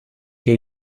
che